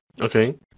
Okay